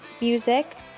music